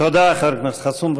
תודה, חבר הכנסת חסון.